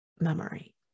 memory